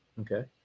Okay